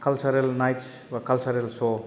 काल्सारेल नाइट्स बा काल्सारेल स'